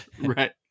Right